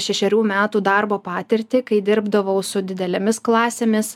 šešerių metų darbo patirtį kai dirbdavau su didelėmis klasėmis